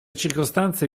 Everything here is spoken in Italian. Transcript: circostanze